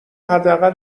حداقل